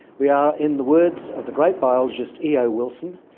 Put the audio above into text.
we are in the words of the great biologist e o wilson,